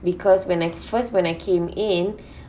because when I first when I came in